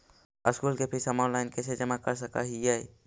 School के fees हम online कैसे जमा कर सक हिय?